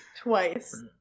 Twice